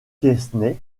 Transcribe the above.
quesnay